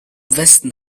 westen